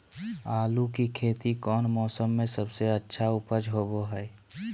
आलू की खेती कौन मौसम में सबसे अच्छा उपज होबो हय?